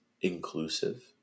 inclusive